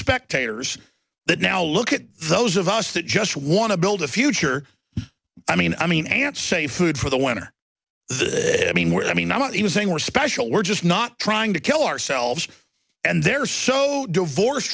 spectators that now look at those of us that just want to build a future i mean i mean and say food for the winner i mean where i mean i'm not even saying we're special we're just not trying to kill ourselves and they're so divorced